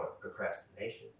procrastination